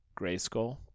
grayskull